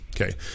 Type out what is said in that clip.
Okay